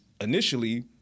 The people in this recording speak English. initially